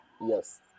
yes